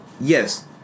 Yes